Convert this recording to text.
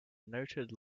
noted